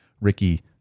Ricky